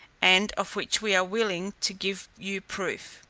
and of which we are willing to give you proof.